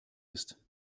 ist